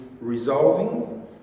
resolving